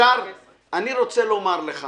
אני רוצה לומר לך